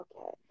Okay